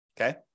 Okay